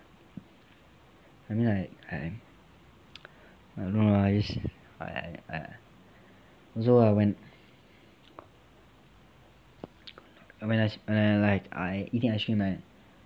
I mean like I I don't know lah I I also ah when when I like when I eating ice cream right